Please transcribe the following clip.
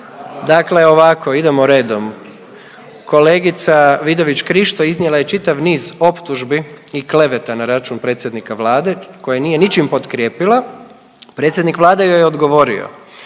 Dakle ovako, idemo redom, kolegica Vidović Krišto iznijela je čitav niz optužbi i kleveta na račun predsjednika Vlade koji nije ničim potkrijepila, predsjednik Vlade joj je odgovorio.